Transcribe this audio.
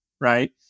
right